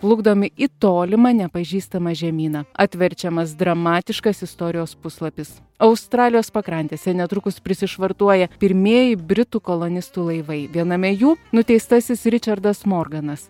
plukdomi į tolimą nepažįstamą žemyną atverčiamas dramatiškas istorijos puslapis australijos pakrantėse netrukus prisišvartuoja pirmieji britų kolonistų laivai viename jų nuteistasis ričardas morganas